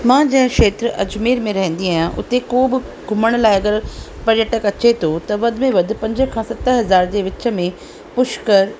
मां जंहिं खेत्र अजमेर में रहंदी आहियां उते को बि घुमण लाइ अगरि पर्यटक अचे थो त वधि में वधि पंज खां सत हज़ार जे विच में पुष्कर